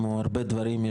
כמו הרבה דברים,